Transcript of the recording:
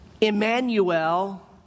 Emmanuel